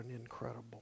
incredible